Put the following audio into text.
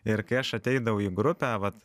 ir kai aš ateidavau į grupę vat